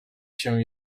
się